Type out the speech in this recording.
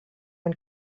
one